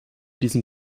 diesen